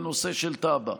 בנושא של טאבה,